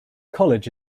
college